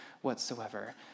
whatsoever